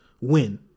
win